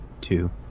Two